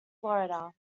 florida